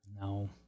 No